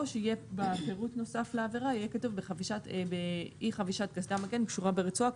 או שבפירוט נוסף לעבירה יהיה כתוב: באי חבישת קסדת מגן קשורה ברצועה,